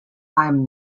i’m